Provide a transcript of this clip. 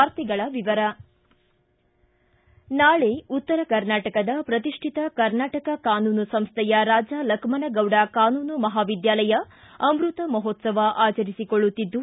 ವಾರ್ತೆಗಳ ವಿವರ ನಾಳೆ ಉತ್ತರ ಕರ್ನಾಟಕದ ಪ್ರತಿಷ್ಠಿತ ಕರ್ನಾಟಕ ಕಾನೂನು ಸಂಸ್ಥೆಯ ರಾಜಾ ಲಖಮನಗೌಡ ಕಾನೂನು ಮಹಾವಿದ್ಯಾಲಯ ಅಮೃತಮಹೋತ್ಸವ ಆಚರಿಸಿಕೊಳ್ಳುತ್ತಿದ್ದು